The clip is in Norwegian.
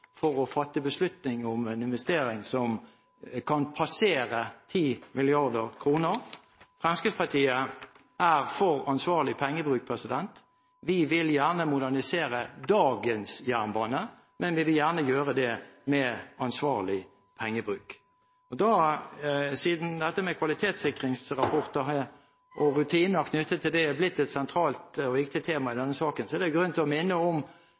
for å fatte en beslutning om en investering som kan passere 10 mrd. kr. Fremskrittspartiet er for ansvarlig pengebruk. Vi vil gjerne modernisere dagens jernbane, men vi vil gjerne gjøre det med ansvarlig pengebruk. Siden dette med kvalitetssikringsrapporter og rutiner knyttet til det er blitt et sentralt og viktig tema i denne saken, er det grunn til å minne om